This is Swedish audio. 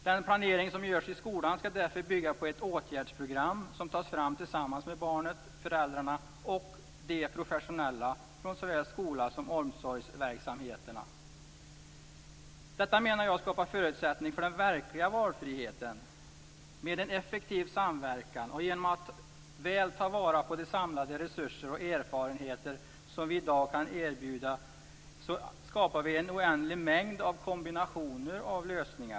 Den planering som görs i skolan ska därför bygga på ett åtgärdsprogram som tas fram tillsammans med barnet, föräldrarna och de professionella från såväl skola som omsorgsverksamheterna. Jag menar att detta skapar förutsättningar för den verkliga valfriheten. Genom att samverka effektivt och väl ta vara på de samlade resurser och erfarenheter som vi i dag kan erbjuda skapar vi en oändlig mängd av kombinationer av lösningar.